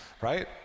right